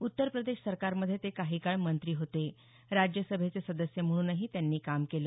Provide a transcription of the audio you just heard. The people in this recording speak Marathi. उत्तर प्रदेश सरकारमध्ये ते काही काळ मंत्री होते राज्यसभेचे सदस्य म्हणूनही त्यांनी काम केलं